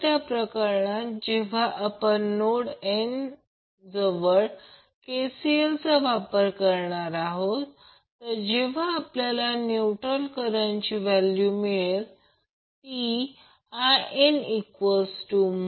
म्हणून जेव्हा जेव्हा फेझर आकृतीकडे याल तेव्हा हे Vab VAN पहा Vab आणि Ia मधील अँगल 30o आहे